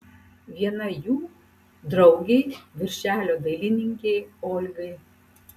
viena jų draugei viršelio dailininkei olgai